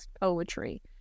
poetry